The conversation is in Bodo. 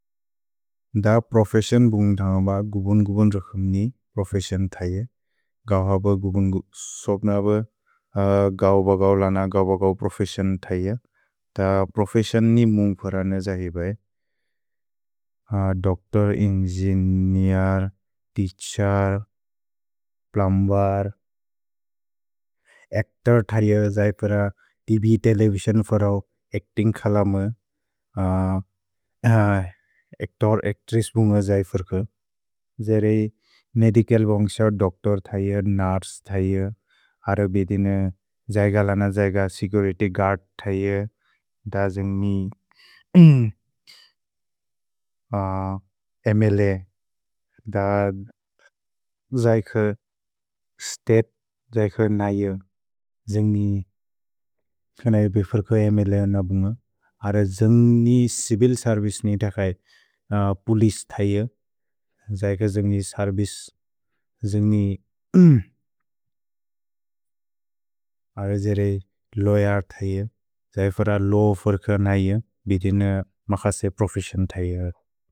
अ प्रोफेसियोन् भुन्ग्अन्ग्ब गुबुन्-गुबुन् रक्सुम्नि प्रोफेसियोन् ऐअ। गौ हब गुबुन्-गुबुन्। सोप्न हब गौ ब गौ लन, गौ ब गौ प्रोफेसियोन् ऐअ। अ प्रोफेसियोन्नि मुन्ग्अरने जहि बै। Doctor, engineer, teacher, plumber, actor अरिअ जहि पर त्व्, तेलेविसिओन् फरौ, अच्तिन्ग् खलम। दोच्तोर् भुन्ग्अन्ग्ब, अच्तोर्, अच्त्रेस्स् भुन्ग्अन्ग्ब जहि फर। मेदिचल् बोन्ग्स, दोच्तोर् ऐअ, नुर्से ऐअ, सेचुरित्य् गुअर्द् ऐअ, द जिन्ग्मि म्ल, द जहिअ स्तेप् जहिअ नैअ जिन्ग्मि। केन इबि फर्के म्ल नबुन्ग, अर जिन्ग्नि चिविल् सेर्विचे नि अकै पोलिस् ऐअ, जहिक जिन्ग्नि सेर्विचे, जिन्ग्नि अर जेरे लव्येर् ऐअ, जहि फर लव् फर्के नैअ, बिदिन मक्ससे प्रोफेसियोन् ऐअ।